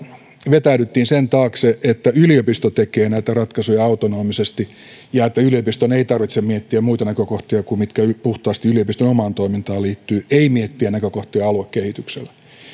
vetäydyttiin sen taakse että yliopisto tekee näitä ratkaisuja autonomisesti ja että yliopiston ei tarvitse miettiä muita näkökohtia kuin niitä mitkä puhtaasti yliopiston omaan toimintaan liittyvät eikä tarvitse miettiä näkökohtia aluekehityksen kannalta